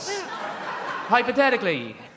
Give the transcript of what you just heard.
Hypothetically